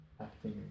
acting